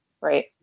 right